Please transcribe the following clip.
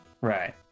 Right